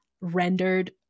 rendered